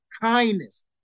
kindness